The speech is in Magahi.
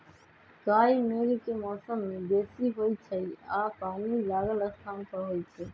काई मेघ के मौसम में बेशी होइ छइ आऽ पानि लागल स्थान पर होइ छइ